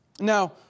Now